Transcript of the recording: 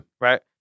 Right